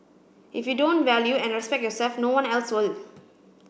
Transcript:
if you don't value and respect yourself no one else will